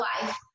life